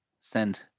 send